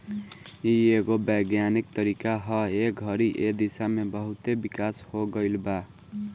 इ एगो वैज्ञानिक तरीका ह ए घड़ी ए दिशा में बहुते विकास हो गईल बा